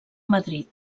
madrid